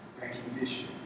recognition